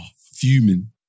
Fuming